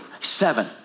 Seven